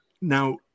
Now